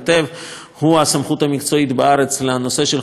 הוא הסמכות המקצועית בארץ לנושא של חומרים מסוכנים.